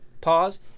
pause